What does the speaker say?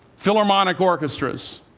philharmonic orchestras